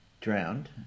drowned